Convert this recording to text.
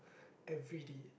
everyday